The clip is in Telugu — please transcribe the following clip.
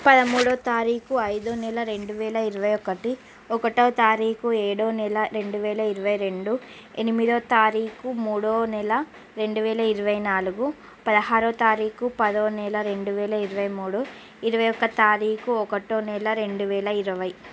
పదమూడో తారీకు ఐదో నెల రెండు వేల ఇరవై ఒకటి ఒకటో తారీకు ఏడో నెల రెండు వేల ఇరవై రెండు ఎనిమిదో తారీకు మూడవ నెల రెండు వేల ఇరవై నాలుగు పదహారో తారీకు పదో నెల రెండు వేల ఇరవై మూడు ఇరవై ఒక తారీకు ఒకటో నెల రెండు వేల ఇరవై